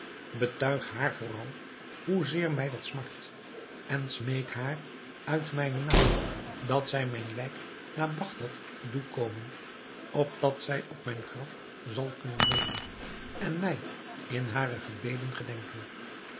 betuig haar vooral hoezeer mij dat smart en smeek haar uit mijnen naam dat zij mijn lijk naar bagdad doe komen opdat zij op mijn graf zal kunnen weenen en mij in hare gebeden gedenken